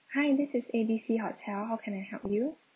hi this is A B C hotel how can I help you